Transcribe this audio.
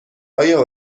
آیا